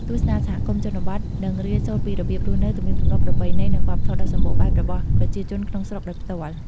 ទស្សនាសហគមន៍ជនបទ និងរៀនសូត្រពីរបៀបរស់នៅ ទំនៀមទម្លាប់ ប្រពៃណី និងវប្បធម៌ដ៏សម្បូរបែបរបស់ប្រជាជនក្នុងស្រុកដោយផ្ទាល់។